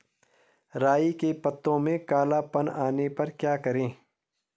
राई के पत्तों में काला पन आने पर क्या करें?